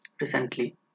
Recently